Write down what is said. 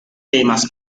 famous